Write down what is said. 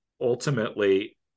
ultimately –